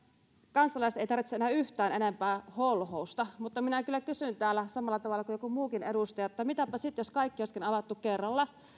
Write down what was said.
kansalaiset eivät tarvitse enää yhtään enempää holhousta mutta minä kyllä kysyn täällä samalla tavalla kuin joku muukin edustaja mitäpä sitten jos kaikki olisikin avattu kerralla